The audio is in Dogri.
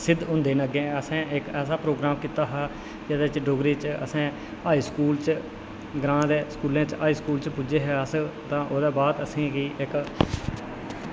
सिद्ध होंदे न अग्गें असें इक ऐसा प्रोग्राम कीता हा जेह्दे च डोगरी च असेंं हाई स्कूल च ग्रांऽ दे स्कूलें च हाई स्कूल च पुज्जे हे अस तां ओह्दे बाद असेंगी इक